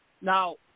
Now